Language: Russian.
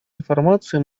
информацию